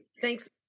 thanks